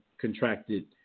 contracted